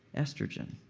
estrogen.